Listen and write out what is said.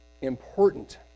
important